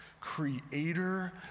creator